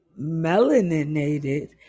melaninated